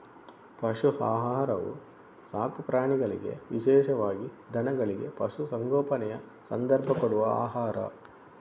ಪಶು ಆಹಾರವು ಸಾಕು ಪ್ರಾಣಿಗಳಿಗೆ ವಿಶೇಷವಾಗಿ ದನಗಳಿಗೆ, ಪಶು ಸಂಗೋಪನೆಯ ಸಂದರ್ಭ ಕೊಡುವ ಆಹಾರ